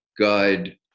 guide